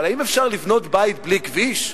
אבל האם אפשר לבנות בית בלי כביש?